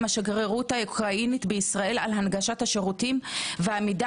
השגרירות האוקראינית בישראל על הנגשת השירותים והמידע